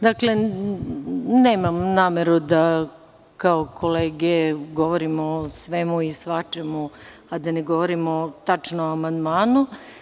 Dakle, nemam nameru da kao kolege govorim o svemu i svačemu, a da ne govorim o amandmanu.